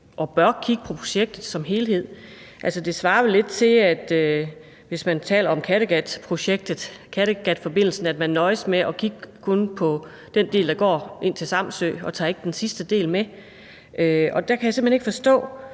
og bør kigge på projektet som helhed. Altså, det svarer vel lidt til, at man, hvis man taler om Kattegatforbindelsen, nøjes med kun at kigge på den del, der går til Samsø og ikke tager den sidste del med. Og der kan jeg simpelt hen ikke forstå